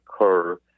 occur